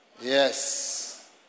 Yes